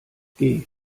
geh